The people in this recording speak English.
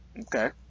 Okay